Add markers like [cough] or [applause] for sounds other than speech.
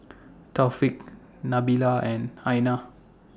[noise] Taufik Nabila and Aina